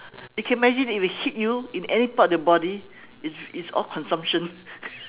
you can imagine if it hit you in any parts of your body it's it's all consumption